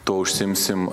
tuo užsiimsim